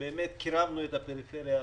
באמת קירבנו את הפריפריה למרכז.